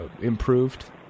improved